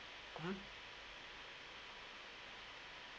mm